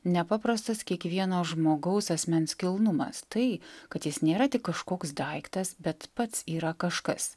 nepaprastas kiekvieno žmogaus asmens kilnumas tai kad jis nėra tik kažkoks daiktas bet pats yra kažkas